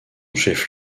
chef